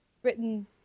written